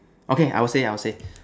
okay I will say I will say